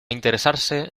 interesarse